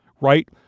right